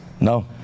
No